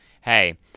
hey